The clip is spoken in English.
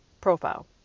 profile